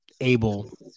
able